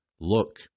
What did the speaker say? Look